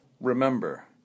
Remember